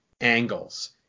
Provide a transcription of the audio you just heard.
angles